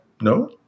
no